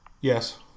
Yes